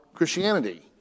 Christianity